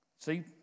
See